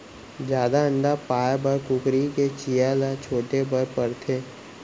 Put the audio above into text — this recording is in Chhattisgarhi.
जादा अंडा पाए बर कुकरी के चियां ल छांटे बर परथे